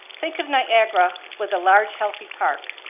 think of niagara with a large, healthy park,